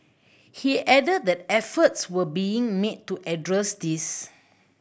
he added that efforts were being made to address this